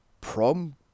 prom